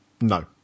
No